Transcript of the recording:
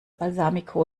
balsamico